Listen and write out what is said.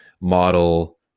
model